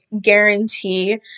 guarantee